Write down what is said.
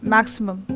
Maximum